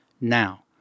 Now